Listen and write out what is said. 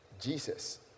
Jesus